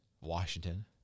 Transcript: Washington